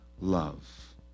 love